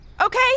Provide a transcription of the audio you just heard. Okay